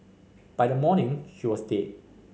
by the morning she was dead